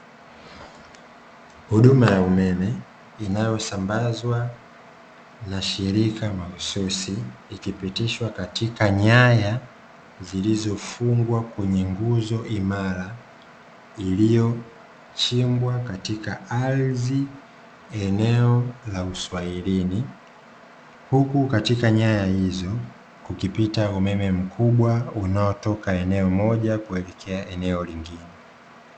Huduma ya umeme inayosambazwa na shirika mahususi, ikipitishwa katika nyaya zilizofungwa kwenye nguzo imara iliyochimbwa katika ardhi; eneo la uswahilini. Huku katika nyaya hizo kukipita umeme mkubwa unaotoka eneo moja kuelekea eneo lingine.